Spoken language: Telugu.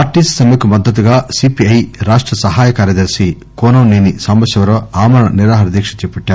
ఆర్టీసీ సమ్మెకు మద్దతుగా సిపిఐ రాష్ట సహాయ కార్యదర్శి కూనంసేని సాంబశివరావు ఆమరణ నిరాహార దీక్ష చేపట్టారు